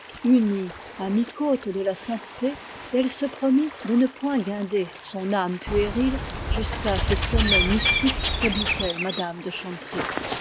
unie à mi-côte de la sainteté et elle se promit de ne point guinder son âme puérile jusqu'à ces sommets mystiques qu'habitait mme de